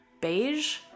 beige